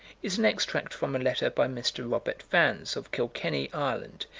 is an extract from a letter by mr. robert vans, of kilkenny, ireland,